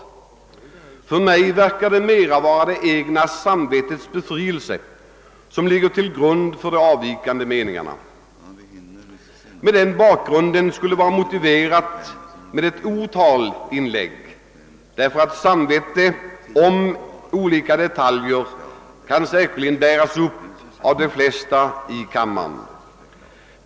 För mig verkar det som om de avvikande meningarna framförts för att befria det egna samvetet. Mot den bakgrunden skulle det vara motiverat med ett otal inlägg i denna debatt, samvetsskäl beträffande olika detaljer kan säkerligen förebäras av de flesta i kammaren.